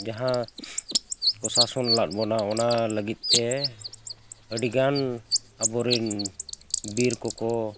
ᱡᱟᱦᱟᱸ ᱠᱚ ᱥᱟᱥᱚᱱᱞᱮᱫ ᱵᱚᱱᱟ ᱚᱱᱟ ᱞᱟᱹᱜᱤᱫᱼᱛᱮ ᱟᱹᱰᱤᱜᱟᱱ ᱟᱵᱚᱨᱮᱱ ᱵᱤᱨ ᱠᱚᱠᱚ